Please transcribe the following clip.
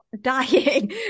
dying